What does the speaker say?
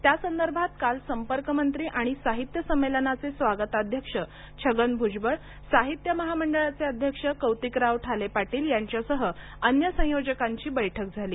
त्यासंदर्भात काल संपर्क मंत्री आणि साहित्य संमेलनाचे स्वागताध्यक्ष छगन भूजबळ साहित्य महामंडळाचे अध्यक्ष कौतीकराव ठाले पाटील यांच्यासह अन्य संयोजकांची बैठक काल झाली